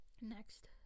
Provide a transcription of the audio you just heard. Next